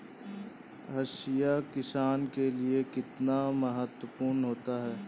हाशिया किसान के लिए कितना महत्वपूर्ण होता है?